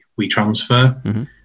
WeTransfer